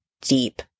deep